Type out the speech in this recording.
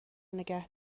نگه